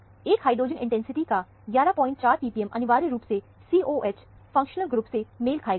1 hydrogen intensity का 114 ppm अनिवार्य रूप से COOH फंक्शनल ग्रुप से मेल खाएगा